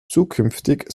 zukünftig